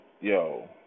Yo